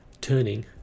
Turning